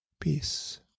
peace